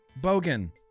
Bogan